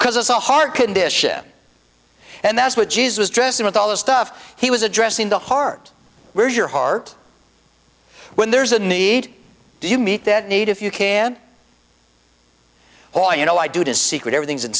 because it's a heart condition and that's what jesus was dressin with all the stuff he was addressing the heart where your heart when there's a need do you meet that need if you can why you know i do it is secret everything's in